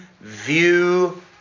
view